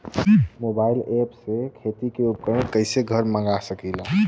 Mobile ऐपसे खेती के उपकरण कइसे घर मगा सकीला?